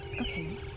Okay